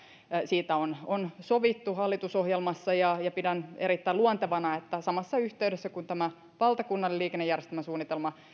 siitä on on sovittu hallitusohjelmassa ja ja pidän erittäin luontevana että samassa yhteydessä kun tämä valtakunnallinen liikennejärjestelmäsuunnitelma